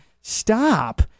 Stop